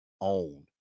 own